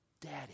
Daddy